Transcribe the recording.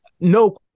no